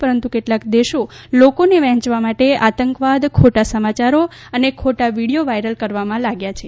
પરંતુ કેટલાક દેશો લોકોને વહેંચવા માટે આતંકવાદ ખોટા સમાચારો અને ખોટા વીડીયો વાયરલ કરવામાં લાગ્યા છે